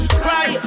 cry